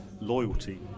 loyalty